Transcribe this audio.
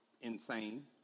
insane